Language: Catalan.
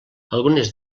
algunes